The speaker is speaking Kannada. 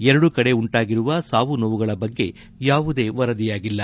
ಎರಡೂ ಕಡೆ ಉಂಟಾಗಿರುವ ಸಾವುನೋವುಗಳ ಬಗ್ಗೆ ಯಾವುದೇ ವರದಿಯಾಗಿಲ್ಲ